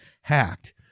hacked